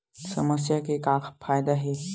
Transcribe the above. समस्या के का फ़ायदा हे?